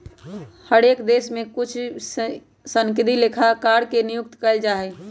हर एक देश में कुछ ही सनदी लेखाकार नियुक्त कइल जा हई